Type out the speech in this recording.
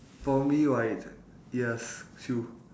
for me right yes true